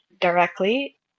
directly